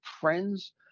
friends